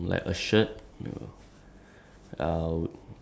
like I was just expecting like to borrow his game or something